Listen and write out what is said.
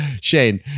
Shane